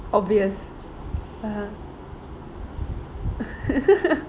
obvious (uh huh)